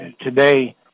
today